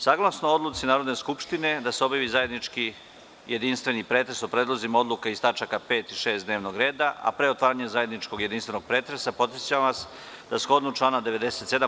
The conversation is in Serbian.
Saglasno odluci Narodne skupštine da se obavi zajednički jedinstveni pretres o predlozima odluka iz tačaka 5. i 6. dnevnog reda, a pre otvaranja zajedničkog jedinstvenog pretresa, podsećam vas, da shodno članu 97.